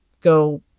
go